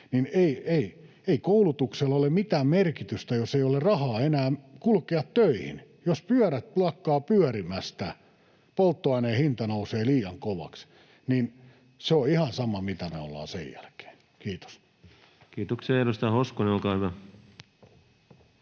ei koulutuksella ole mitään merkitystä, jos ei ole rahaa enää kulkea töihin, jos pyörät lakkaavat pyörimästä. Jos polttoaineen hinta nousee liian kovaksi, se on ihan sama, mitä me ollaan sen jälkeen. — Kiitos. [Speech 191] Speaker: